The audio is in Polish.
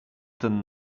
ten